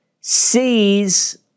sees